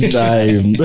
time